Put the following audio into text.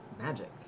magic